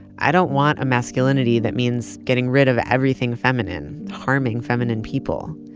i don't want a masculinity that means getting rid of everything feminine, harming feminine people.